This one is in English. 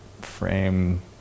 frame